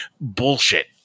bullshit